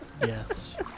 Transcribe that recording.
Yes